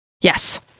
Yes